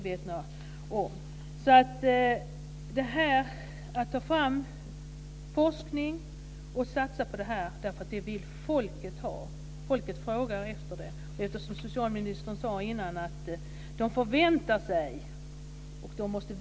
Vi måste ta fram forskning och satsa på alternativ medicin. Det vill folket ha. Folket frågar efter det. Socialministern sade tidigare att de förväntar sig det.